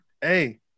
hey